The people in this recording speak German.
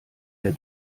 der